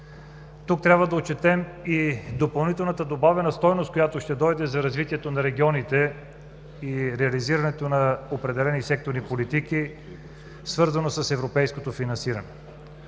Тук трябва да отчетем и допълнителната добавена стойност, която ще дойде за развитието на регионите и реализирането на определени секторни политики, свързано с европейското финансиране.